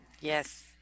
Yes